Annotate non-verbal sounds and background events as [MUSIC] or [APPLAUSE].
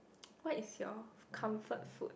[NOISE] what is your comfort food